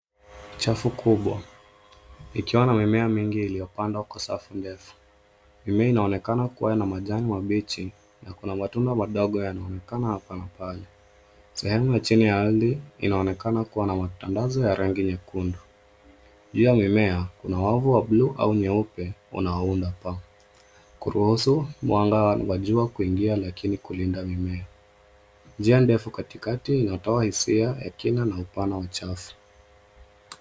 Chafu kubwa ikiwa na mimea mingi iliyopandwa kwa safu ndefu. Mimea inaonekana kuwa na majani mabichi na kuna matunda madogo yaonekana hapa na pale. Sehemu wa chini ya ardhi inaonekana kuwa na matandazo ya rangi nyekundu. Juu ya mimea kuna wavu wa blue au nyeupe, unaounda paa, kuruhusu, mwanga wajua kuingia lakini kulinda mimea. Njia ndefu katikati inatoa hisia, ya kina na upana wa chafu.